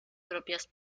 propias